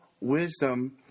wisdom